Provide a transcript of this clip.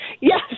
Yes